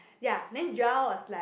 ya then Joel was like